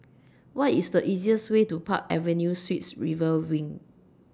What IS The easiest Way to Park Avenue Suites River Wing